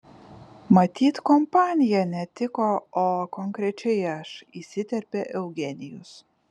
matyt kompanija netiko o konkrečiai aš įsiterpė eugenijus